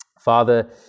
Father